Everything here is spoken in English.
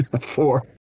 Four